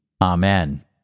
Amen